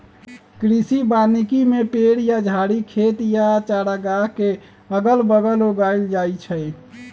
कृषि वानिकी में पेड़ या झाड़ी खेत या चारागाह के अगल बगल उगाएल जाई छई